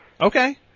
Okay